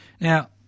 Now